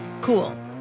cool